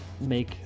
make